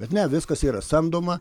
bet ne viskas yra samdoma